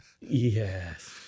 yes